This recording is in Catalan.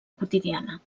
quotidiana